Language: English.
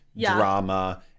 drama